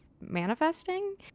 manifesting